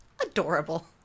Adorable